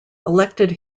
elected